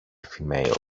females